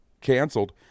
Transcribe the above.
canceled